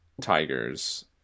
Tigers